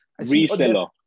Reseller